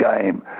game